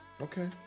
okay